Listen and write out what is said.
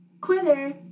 Quitter